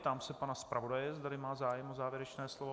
Ptám se pana zpravodaje, zda má zájem o závěrečné slovo.